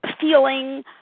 feeling